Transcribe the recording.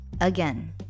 again